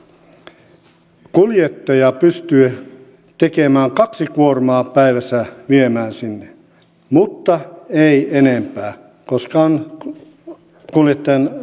kuljettaja pystyy viemään kaksi kuormaa päivässä sinne mutta ei enempää koska on kuljettajan työaikalaki